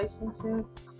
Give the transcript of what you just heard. relationships